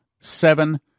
seven